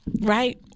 right